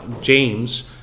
James